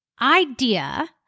idea